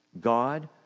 God